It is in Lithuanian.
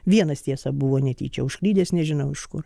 vienas tiesa buvo netyčia užklydęs nežinau iš kur